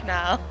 now